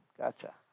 Gotcha